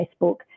Facebook